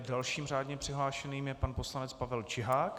Dalším řádně přihlášeným je pan poslanec Pavel Čihák.